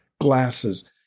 glasses